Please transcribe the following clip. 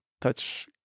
Touch